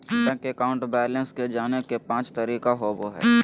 bank account balance के जाने के पांच तरीका होबो हइ